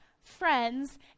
friends